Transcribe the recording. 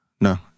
no